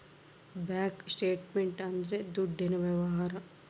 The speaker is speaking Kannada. ಬ್ಯಾಂಕ್ ಸ್ಟೇಟ್ಮೆಂಟ್ ಅಂದ್ರ ದುಡ್ಡಿನ ವ್ಯವಹಾರ